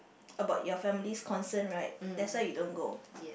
about your family's concern right that's why you don't go